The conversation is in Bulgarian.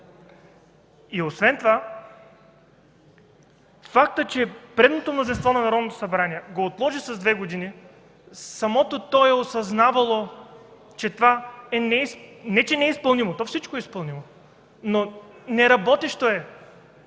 Освен това фактът, че предното мнозинство на Народното събрание го отложи с две години, самото то е осъзнавало, че това... Не че не е изпълнимо, всичко е изпълнимо, но е неработещо и